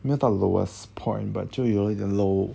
没有到 lowest point but 就有一点 low